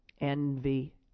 envy